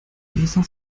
dieser